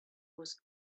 was